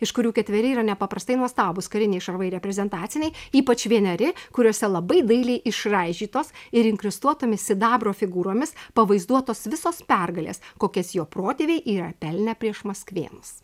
iš kurių ketveri yra nepaprastai nuostabūs kariniai šarvai reprezentaciniai ypač vieneri kuriuose labai dailiai išraižytos ir inkrustuotomis sidabro figūromis pavaizduotos visos pergalės kokias jo protėviai yra pelnę prieš maskvėnus